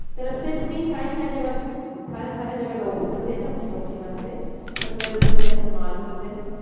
ते रस्ते च भी थाएं थाएं जगह् थाह्रें थाह्रें जगह् लोक उतरदे न अपनी नौकरी वास्तै संगर उतरदे न मनवाल उतरदे न